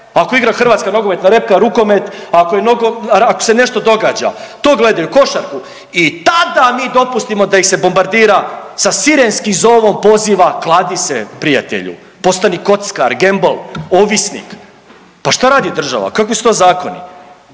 ako igra hrvatska nogometna repka, rukomet, ako se nešto događa. To gledaju košarku. I tada mi dopustimo da ih se bombardira sa sirenskim zovom poziva kladi se prijatelju, postani kockar, gembol, ovisnik. Pa šta radi država? Kakvi su to zakoni?